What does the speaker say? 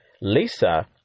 Lisa